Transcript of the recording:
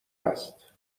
است